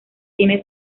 tiene